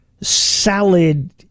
salad